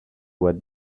what